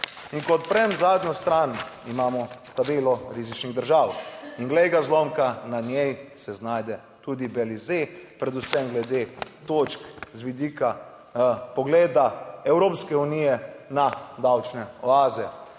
In ko odprem zadnjo stran, imamo tabelo rizičnih držav, in glej ga, zlomka, na njej se znajde tudi Belize, predvsem glede točk z vidika pogleda Evropske unije na davčne oaze.